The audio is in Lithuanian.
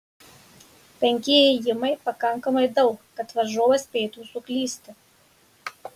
penki ėjimai pakankamai daug kad varžovas spėtų suklysti